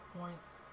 points